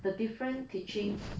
the different teaching